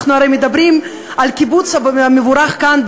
אנחנו הרי מדברים על קיבוץ גלויות מבורך כאן,